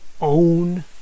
own